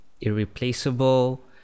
irreplaceable